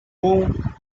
whom